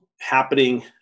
happening